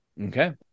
Okay